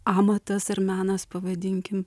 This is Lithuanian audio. amatas ar menas pavadinkim